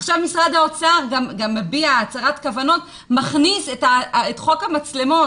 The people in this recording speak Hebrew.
עכשיו משרד האוצר הביע הצהרת כוונות והוא מכניס את חוק המצלמות